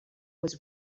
was